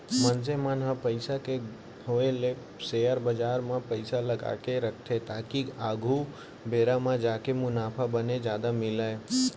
मनसे मन ह पइसा के होय ले सेयर बजार म पइसा लगाके रखथे ताकि आघु बेरा म जाके मुनाफा बने जादा मिलय